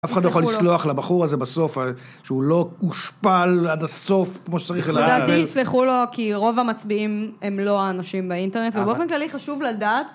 אף אחד לא יכול לסלוח לבחור הזה בסוף, שהוא לא הושפל עד הסוף כמו שצריך להיעלב. לדעתי, סלחו לו, כי רוב המצביעים הם לא האנשים באינטרנט ובאופן כללי חשוב לדעת.